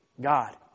God